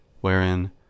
wherein